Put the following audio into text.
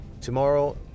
tomorrow